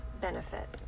benefit